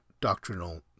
doctrinal